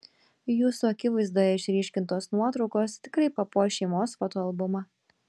jūsų akivaizdoje išryškintos nuotraukos tikrai papuoš šeimos fotoalbumus